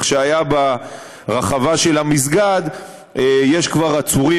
שהיה ברחבה של המסגד יש כבר עצורים,